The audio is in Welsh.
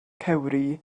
cewri